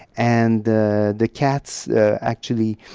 and the the cats actually,